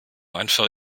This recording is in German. einfach